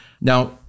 Now